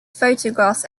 photographs